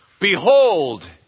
Behold